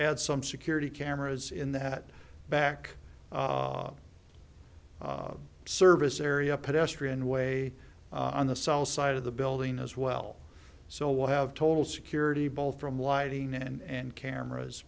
add some security cameras in that back service area pedestrian way on the south side of the building as well so we'll have total security both from lighting and cameras